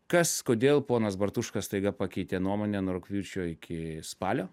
kas kodėl ponas bartuška staiga pakeitė nuomonę nuo rugpjūčio iki spalio